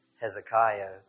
Hezekiah